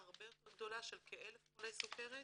הרבה יותר גדולה לש כ-1,000 חולי סוכרת.